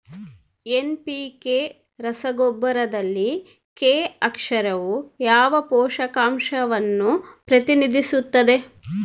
NPK ರಸಗೊಬ್ಬರದಲ್ಲಿ K ಅಕ್ಷರವು ಯಾವ ಪೋಷಕಾಂಶವನ್ನು ಪ್ರತಿನಿಧಿಸುತ್ತದೆ?